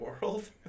world